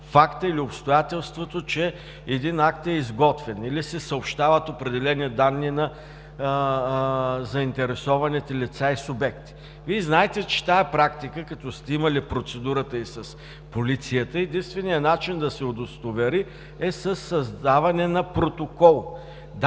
фактът или обстоятелството, че един акт е изготвен, или се съобщават определени данни на заинтересованите лица и субекти. Вие знаете, след като сте имали процедурата и с полицията, че единственият начин да се удостовери, е със създаването на протокол.